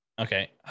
Okay